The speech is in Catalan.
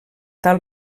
tal